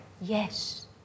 Yes